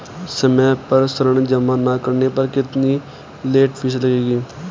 समय पर ऋण जमा न करने पर कितनी लेट फीस लगेगी?